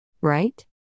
Right